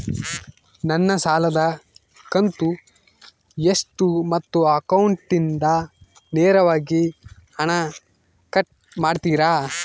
ನನ್ನ ಸಾಲದ ಕಂತು ಎಷ್ಟು ಮತ್ತು ಅಕೌಂಟಿಂದ ನೇರವಾಗಿ ಹಣ ಕಟ್ ಮಾಡ್ತಿರಾ?